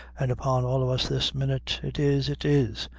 an' upon all of us this minute it is, it is!